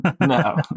No